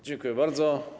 Dziękuję bardzo.